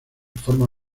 forma